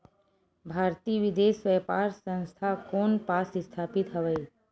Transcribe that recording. भारतीय विदेश व्यापार संस्था कोन पास स्थापित हवएं?